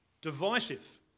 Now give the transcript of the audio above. divisive